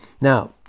Now